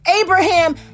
Abraham